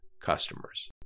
customers